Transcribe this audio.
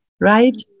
right